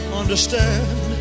understand